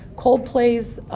coldplay's